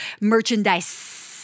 merchandise